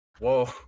Whoa